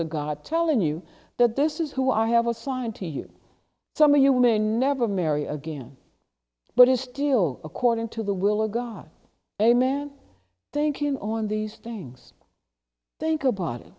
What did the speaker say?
of god telling you that this is who i have assigned to you some of you may never marry again but is still according to the will of god amen thinking on these things think about